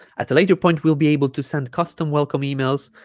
at a later point we'll be able to send custom welcome emails